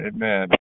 Amen